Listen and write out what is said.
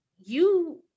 you-